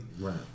Right